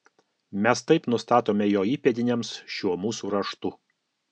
mes taip nustatome jo įpėdiniams šiuo mūsų raštu